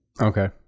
Okay